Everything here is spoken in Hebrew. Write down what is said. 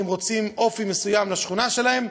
אם רוצים אופי מסוים לשכונה שלהם,